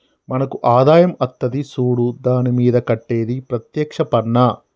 మనకు ఆదాయం అత్తది సూడు దాని మీద కట్టేది ప్రత్యేక్ష పన్నా